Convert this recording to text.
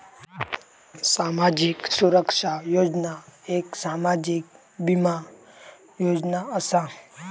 सामाजिक सुरक्षा योजना एक सामाजिक बीमा योजना असा